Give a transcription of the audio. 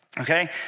okay